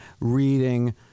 reading